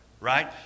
Right